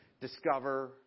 discover